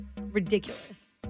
ridiculous